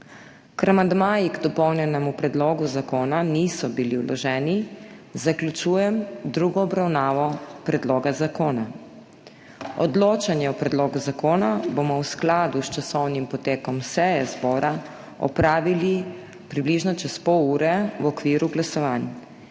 Ker amandmaji k dopolnjenemu predlogu zakona niso bili vloženi, zaključujem drugo obravnavo predloga zakona. Odločanje o predlogu zakona bomo v skladu s časovnim potekom seje zbora opravili približno čez pol ure v okviru glasovanj.